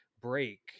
break